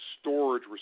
storage